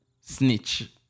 Snitch